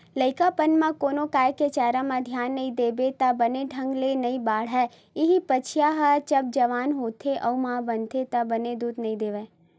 लइकापन म कोनो गाय के चारा म धियान नइ देबे त बने ढंग ले नइ बाड़हय, इहीं बछिया जब जवान होथे अउ माँ बनथे त बने दूद नइ देवय